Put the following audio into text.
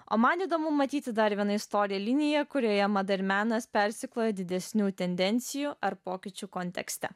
o man įdomu matyti dar vieną istoriją liniją kurioje mada ir menas persikloja didesnių tendencijų ar pokyčių kontekste